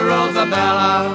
Rosabella